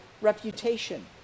reputation